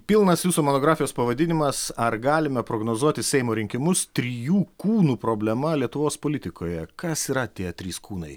pilnas jūsų monografijos pavadinimas ar galime prognozuoti seimo rinkimus trijų kūnų problema lietuvos politikoje kas yra tie trys kūnai